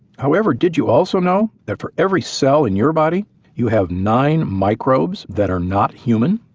however, did you also know that for every cell in your body you have nine microbes that are not human?